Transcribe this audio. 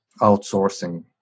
outsourcing